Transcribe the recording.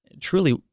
truly